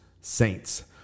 Saints